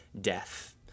death